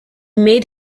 made